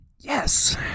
Yes